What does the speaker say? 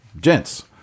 Gents